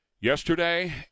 Yesterday